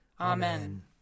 Amen